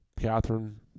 Catherine